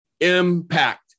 Impact